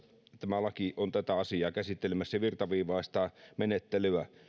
tämä laki on tätä asiaa käsittelemässä ja virtaviivaistaa menettelyä